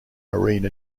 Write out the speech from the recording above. marine